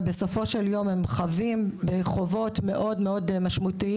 ובסופו של יום הם חווים וחוות מאוד משמעותיים